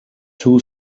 two